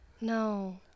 No